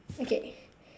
okay